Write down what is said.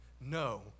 No